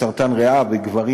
בסרטן ריאה בגברים,